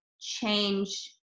change